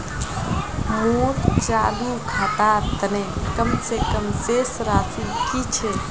मोर चालू खातार तने कम से कम शेष राशि कि छे?